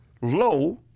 low